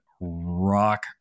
rock